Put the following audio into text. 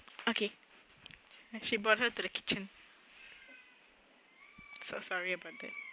okay she brought her to the kitchen so sorry about that